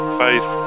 faith